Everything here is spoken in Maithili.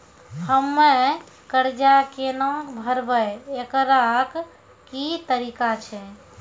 हम्मय कर्जा केना भरबै, एकरऽ की तरीका छै?